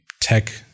tech